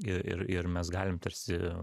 i ir ir mes galim tarsi